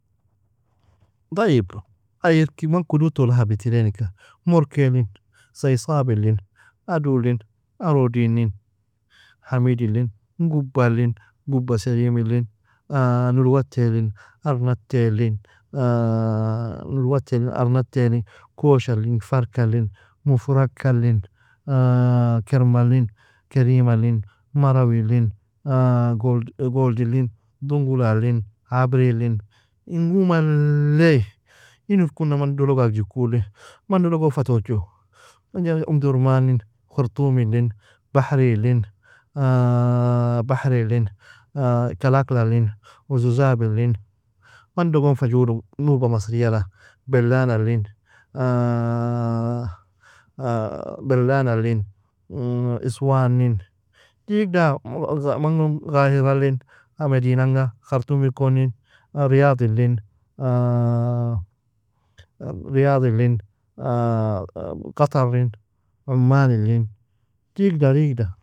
Tayeb ay irki man kudud tolo habitiran eka, morkelin, seysabilin, adolin, arodinin, hamidiln, gubalin, guba salimilin, nolwatilin, arnatailin, nolwatilin, arnatailin, koshalin, farkalin, mufrakkalin, kermalin, kerimalin, marwilin, goldilin, dongolalin, abrilin, ingo mallei in irkuna mando logo agjikolin, mano logon fatochiru, omdurmanin, khurtomilin, bahrilin, bahrilin, kalaklalin, uzozabilin, mando gon fajoru noba masriala belalalin, belalalin, aswanin, digda mangon gahiralin, medinaga khartumikonin, riyadilin, riyadilin, gatarin omanilin digda digda.